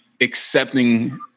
accepting